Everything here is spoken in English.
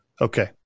Okay